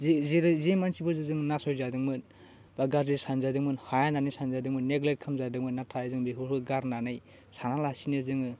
जे जेरै जे मानसिफोरजों जों नास'य जादोंमोन बा गाज्रि सानजादोंमोन हाया होननानै सानजादोंमोन नेग्लेट खामजादोंमोन नाथाय जों बेफोखौ गारनानै सानालासिनो जोङो